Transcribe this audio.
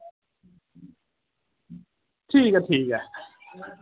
ठीक ऐ ठीक ऐ